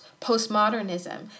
postmodernism